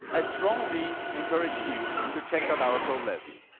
i strongly encourage you to check out our codelabs,